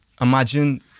imagine